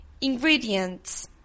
Ingredients